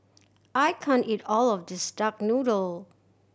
I can't eat all of this duck noodle